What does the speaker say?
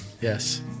Yes